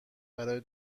برای